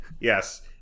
Yes